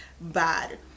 bad